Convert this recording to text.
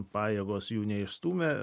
pajėgos jų neišstūmė